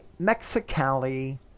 Mexicali